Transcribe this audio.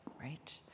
Right